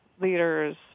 leaders